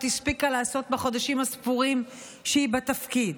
הספיקה לעשות בחודשים הספורים שהיא בתפקיד.